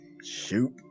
Shoot